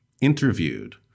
interviewed